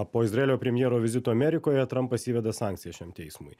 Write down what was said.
po izraelio premjero vizito amerikoje trumpas įveda sankcijas šiam teismui